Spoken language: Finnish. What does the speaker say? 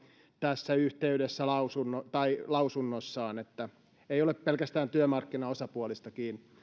tässä yhteydessä lausunnossaan tämä ei ole pelkästään työmarkkinaosapuolista kiinni